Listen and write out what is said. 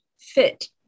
fit